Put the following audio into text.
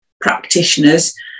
practitioners